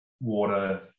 water